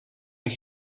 een